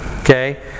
Okay